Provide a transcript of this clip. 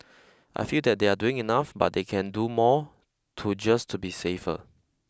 I feel that they are doing enough but they can do more to just to be safer